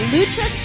Lucha